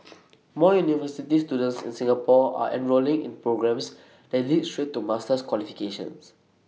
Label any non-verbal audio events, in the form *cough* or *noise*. *noise* more university students in Singapore are enrolling in programmes that lead straight to master's qualifications